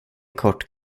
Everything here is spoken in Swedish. kort